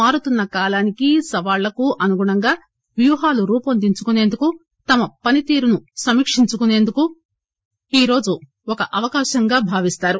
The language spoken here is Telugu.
మారుతున్న కాలానికి సవాళ్లకు అనుగుణంగా వ్యూహాలు రూపొందించుకుసేందుకు తమ పనితీరును సమీక్షించుకుసేందుకు ఈరోజు ఒక అవకాశంగా భావిస్తారు